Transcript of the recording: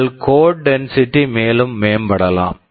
உங்கள் code density code density மேலும் மேம்படலாம்